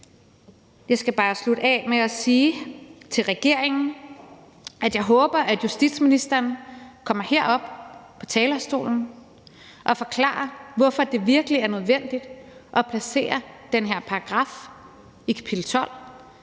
Jeg skal bare slutte af med at sige til regeringen, at jeg håber, at justitsministeren kommer herop på talerstolen og forklarer, hvorfor det virkelig er nødvendigt at placere den her paragraf i kapitel 12.